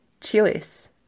chilies